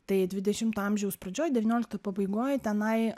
tai dvidešimto amžiaus pradžioj devyniolikto pabaigoj tenai